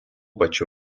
pačių